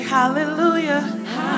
Hallelujah